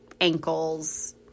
ankles